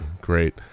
great